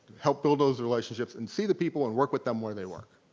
help build those relationships and see the people and work with them where they work.